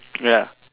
ya